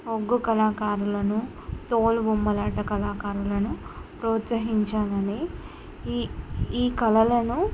ఒగ్గు కళాకారులను తోలుబొమ్మలాట కళాకారులను ప్రోత్సహించాలని ఈ ఈ కళలను